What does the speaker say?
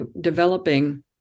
developing